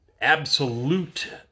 absolute